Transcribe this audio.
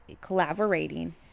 collaborating